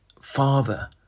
father